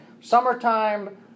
summertime